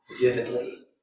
vividly